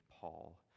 Paul